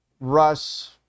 Russ